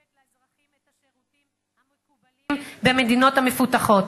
לאזרחים את השירותים המקובלים במדינות המפותחות.